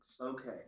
Okay